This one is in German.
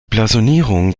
blasonierung